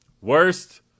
worst